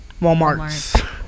Walmart